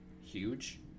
huge